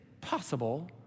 possible